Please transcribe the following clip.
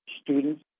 students